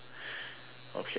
okay I see